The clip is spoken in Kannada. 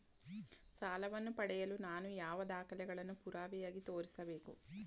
ಸಾಲವನ್ನು ಪಡೆಯಲು ನಾನು ಯಾವ ದಾಖಲೆಗಳನ್ನು ಪುರಾವೆಯಾಗಿ ತೋರಿಸಬೇಕು?